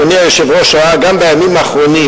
כפי שאדוני היושב-ראש ראה גם בימים האחרונים,